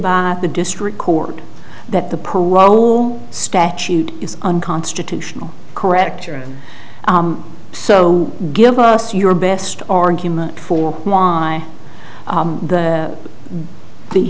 by the district court that the parole statute is unconstitutional correct so give us your best argument for my the he